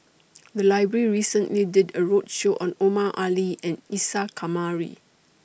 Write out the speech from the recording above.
The Library recently did A roadshow on Omar Ali and Isa Kamari